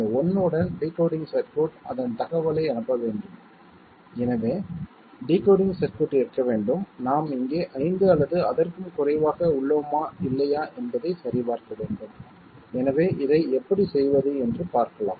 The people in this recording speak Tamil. இந்த 1 உடன் டிகோடிங் சர்க்யூட் அதன் தகவலை அனுப்ப வேண்டும் எனவே டிகோடிங் சர்க்யூட் இருக்க வேண்டும் நாம் இங்கே 5 அல்லது அதற்கும் குறைவாக உள்ளோமா இல்லையா என்பதைச் சரிபார்க்க வேண்டும் எனவே இதை எப்படிச் செய்வது என்று பார்க்கலாம்